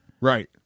Right